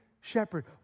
shepherd